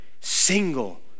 single